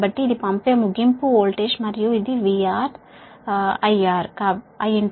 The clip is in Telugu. కాబట్టి ఇది పంపే ముగింపు వోల్టేజ్ మరియు ఇది VR IR